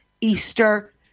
Easter